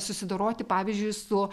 susidoroti pavyzdžiui su